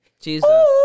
Jesus